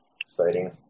exciting